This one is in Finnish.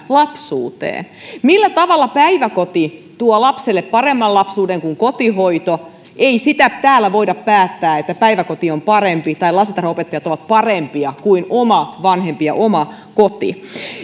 lapsuuteen millä tavalla päiväkoti tuo lapselle paremman lapsuuden kuin kotihoito ei sitä täällä voida päättää että päiväkoti on parempi tai lastentarhanopettajat ovat parempia kuin oma vanhempi ja oma koti